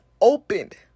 opened